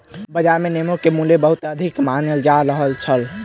बाजार मे नेबो के मूल्य बहुत अधिक मांगल जा रहल छल